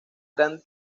gran